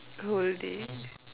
will they